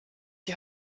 die